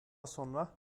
sonra